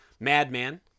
Madman